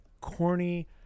corny